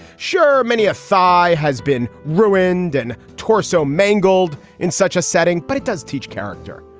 sure, many a thigh has been ruined and torso mangled in such a setting, but it does teach character.